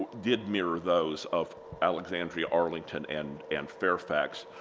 did mirror those of alexandria, arlington, and and fairfax.